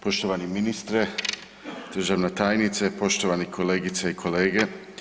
Poštovani ministre, državna tajnice, poštovani kolegice i kolege.